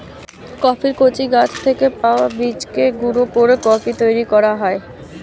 কফির কচি গাছ থেকে পাওয়া বীজকে গুঁড়ো করে কফি তৈরি করা হয়